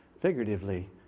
Figuratively